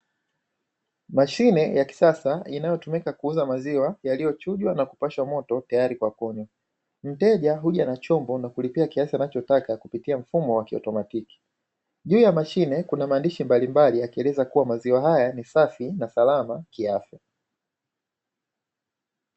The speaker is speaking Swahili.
Mashine ya kisasa inayotumika kuuza maziwa yaliyochujwa na kupashwa moto tayari kwa kunywa, mteja huja na chombo na kulipia kiasi anachotaka kupitia mfumo wa kiautomatiki. Juu ya mshine kuna maandishi mbalimbali yakieleza kuwa maziwa haya ni safi na salama kiafya.